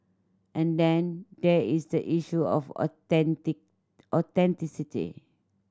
and then there is the issue of authenticity